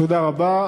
תודה רבה.